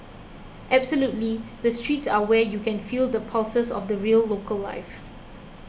absolutely the streets are where you can feel the pulses of the real local life